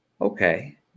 Okay